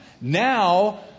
Now